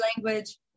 language